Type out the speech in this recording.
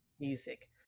music